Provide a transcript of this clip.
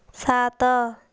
ସାତ